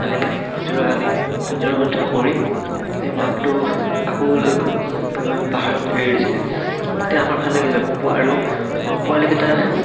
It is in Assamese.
আনিলে পিঞ্জৰা আনি পিঞ্জৰাবদ্ধ কৰি এই বাঘটো আকৌ লৈ গৈ পাহাৰত এৰি দিছিলে তেতিয়া আমাৰ ভাল লাগিছিলে আৰু পোৱালিকেইটা